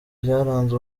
byaranze